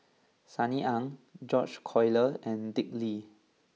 Sunny Ang George Collyer and Dick Lee